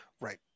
right